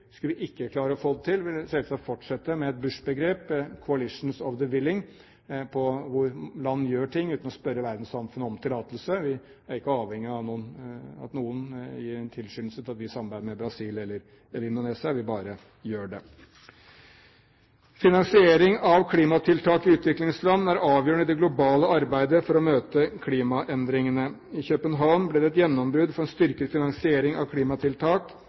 Skulle vi ikke klare å få det til, vil vi selvsagt fortsette med et Bush-begrep «Coalition of the Willing» – hvor land gjør ting uten å spørre verdenssamfunnet om tillatelse. Vi er ikke avhengig av at noen gir en tilskyndelse til at vi samarbeider med Brasil eller Indonesia. Vi bare gjør det. Finansiering av klimatiltak i utviklingsland er avgjørende i det globale arbeidet for å møte klimaendringene. I København ble det et gjennombrudd for styrket finansiering av klimatiltak,